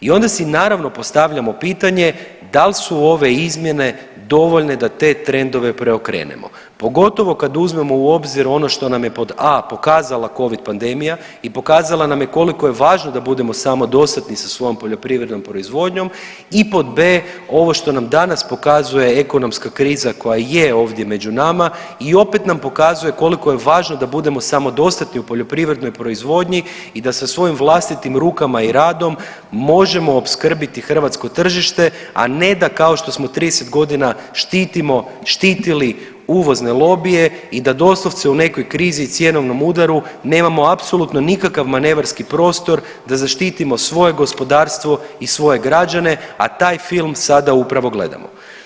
I onda si naravno postavljamo pitanje da li su ove izmjene dovoljne da te trendove preokrenemo pogotovo kada uzmemo u obzir ono što nam je pod a) pokazala covid pandemija i pokazala nam je koliko je važno da budemo samodostatni sa svojom poljoprivrednom proizvodnjom i pod b) ovo što nam danas pokazuje ekonomska kriza koja je ovdje među nama i opet nam pokazuje koliko je važno da budemo samodostatni u poljoprivrednoj proizvodnji i da sa svojim vlastitim rukama i radom možemo opskrbiti hrvatsko tržište a ne da kao što smo 30 godina štitimo štitili uvozne lobije i da doslovce u nekoj krizi cjenovnom udaru nemamo apsolutno nikakav manevarski prostor da zaštitimo svoje gospodarstvo i svoje građane, a taj film sada upravo gledamo.